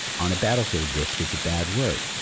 on a battlefield, risk is a bad word.